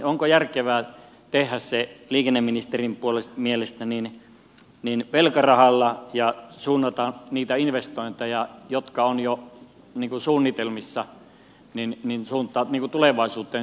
onko järkevää tehdä se liikenneministerin mielestä velkarahalla ja suunnata niitä investointeja jotka ovat jo suunnitelmissa tulevaisuuteen